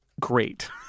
great